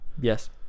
Yes